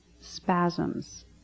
spasms